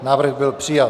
Návrh byl přijat.